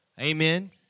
Amen